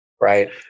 right